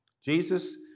Jesus